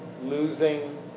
losing